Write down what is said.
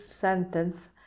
sentence